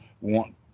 want